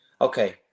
okay